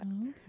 okay